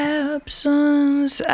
absence